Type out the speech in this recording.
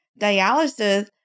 dialysis